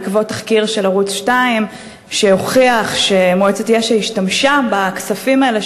בעקבות תחקיר של ערוץ 2 שהוכיח שמועצת יש"ע השתמשה בכספים האלה,